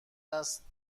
است